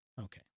Okay